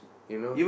you know